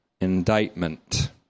indictment